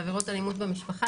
בעבירות אלימות במשפחה,